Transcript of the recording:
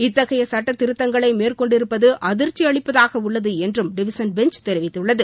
இத்தகைய சட்டத்திருத்ததங்களை மேற்கொண்டிருப்பது அதிர்ச்சி அளிப்பதாக உள்ளது என்றும் டிவிஷன் பெஞ்ச் தெரிவித்துள்ளது